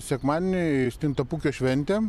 sekmadienį stintapūkio šventė